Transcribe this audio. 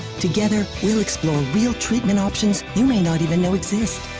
together, we'll explore real treatment options you may not even know exist.